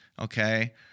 okay